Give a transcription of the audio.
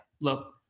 look